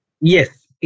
Yes